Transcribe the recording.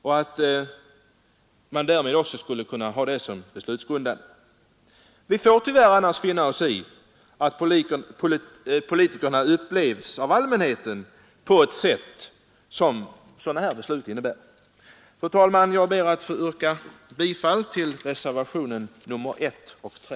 Sådana nya regler skulle därmed också vara beslutsgrundande. Annars får vi tyvärr finna oss i att politikerna — när sådana här beslut fattas — av allmänheten upplevs som tämligen oengagerade. Fru talman! Jag ber att få yrka bifall till reservationerna 1 och 3.